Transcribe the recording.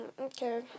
okay